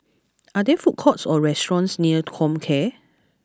are there food courts or restaurants near Comcare